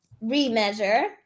re-measure